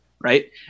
right